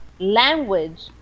Language